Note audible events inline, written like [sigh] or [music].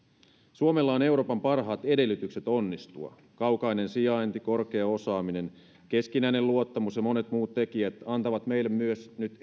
suomella on euroopan parhaat edellytykset onnistua kaukainen sijainti korkea osaaminen keskinäinen luottamus ja monet muut tekijät antavat meille nyt [unintelligible]